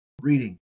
reading